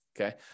okay